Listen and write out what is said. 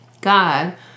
God